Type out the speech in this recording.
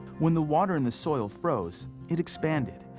when the water in the soil froze it expanded.